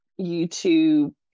YouTube